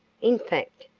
in fact,